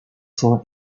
four